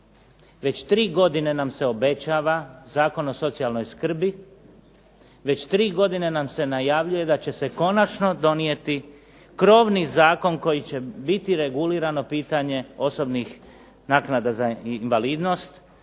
Već tri godine nam se obećava Zakon o socijalnoj skrbi, već tri godine nam se najavljuje da će se konačno donijeti krovni zakon koji će biti regulirano pitanje osobnih naknada za invalidnost,